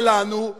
משוריינים, ואגב,